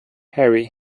harry